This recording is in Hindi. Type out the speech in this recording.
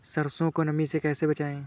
सरसो को नमी से कैसे बचाएं?